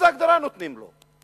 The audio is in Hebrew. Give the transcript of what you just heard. איזו הגדרה היו נותנים לו?